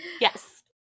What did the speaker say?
Yes